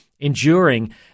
enduring